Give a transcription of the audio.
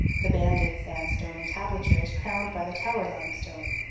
the banded sandstone entablature is crowned by the tower limestone.